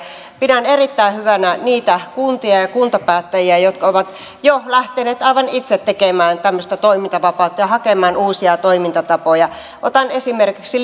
pidän erittäin hyvänä niitä kuntia ja kuntapäättäjiä jotka ovat jo lähteneet aivan itse tekemään tämmöistä toimintavapautta ja hakemaan uusia toimintatapoja otan esimerkiksi